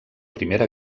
primera